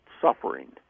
suffering